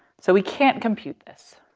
so we can't compute this.